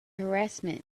harassment